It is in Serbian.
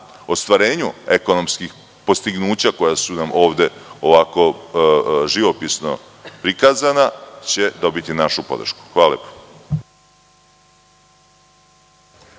ostvarenju ekonomskih postignuća, koja su nam ovde ovako živopisno prikazana, će dobiti našu podršku. Hvala.